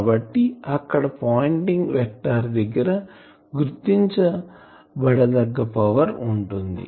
కాబట్టి అక్కడ pointing vector దగ్గర గుర్తించబడదగ్గ పవర్ ఉంటుంది